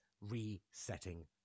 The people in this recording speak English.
resetting